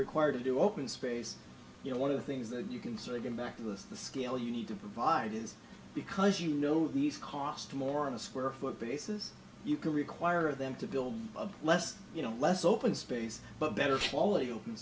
required to do open space you know one of the things that you can say going back to this the scale you need to provide is because you know these cost more in a square foot basis you can require them to build a less you know less open space but better slowly open